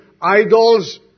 Idols